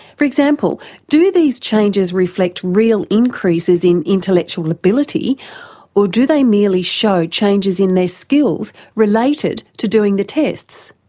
for example do these changes reflect real increases in intellectual ability or do they merely show changes in their skills related to doing the tests?